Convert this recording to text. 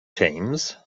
teams